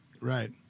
Right